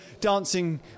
dancing